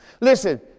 Listen